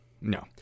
No